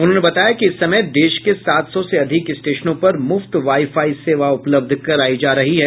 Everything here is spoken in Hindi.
उन्होंने बताया कि इस समय देश के सात सौ से अधिक स्टेशनों पर मुफ्त वाईफाई सेवा उपलब्ध कराई जा रही है